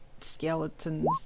skeletons